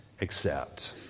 accept